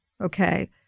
okay